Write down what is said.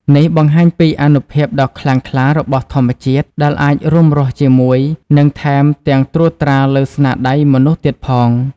នេះបង្ហាញពី អានុភាពដ៏ខ្លាំងក្លារបស់ធម្មជាតិ ដែលអាចរួមរស់ជាមួយ និងថែមទាំងត្រួតត្រាលើស្នាដៃមនុស្សទៀតផង។